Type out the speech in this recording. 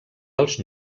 dels